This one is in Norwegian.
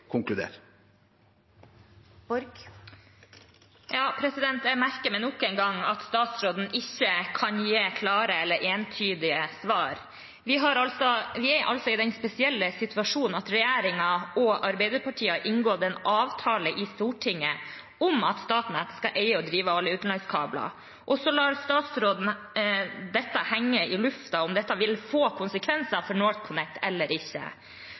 Jeg merker meg nok en gang at statsråden ikke kan gi klare eller entydige svar. Vi er altså i den spesielle situasjonen at regjeringen og Arbeiderpartiet har inngått en avtale i Stortinget om at Statnett skal eie og drive alle utenlandskabler. Og så lar statsråden det henge i luften om dette vil få konsekvenser for NorthConnect eller ikke.